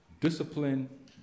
Discipline